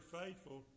faithful